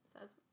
Says